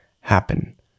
happen